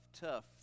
tough